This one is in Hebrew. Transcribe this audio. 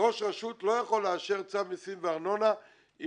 ראש רשות לא יכול לאשר צו מסים וארנונה אם